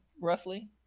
roughly